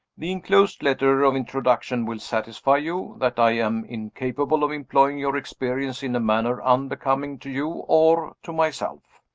the inclosed letter of introduction will satisfy you that i am incapable of employing your experience in a manner unbecoming to you, or to myself.